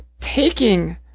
taking